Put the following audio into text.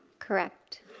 correct.